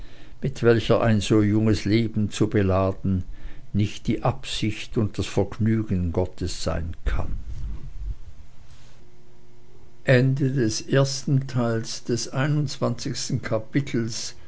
mit welcher ein so junges leben zu beladen nicht die absicht und das vergnügen gottes sein kann